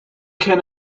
can